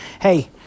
Hey